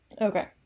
Okay